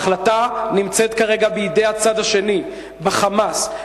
ההחלטה נמצאת כרגע בידי הצד השני, ב"חמאס".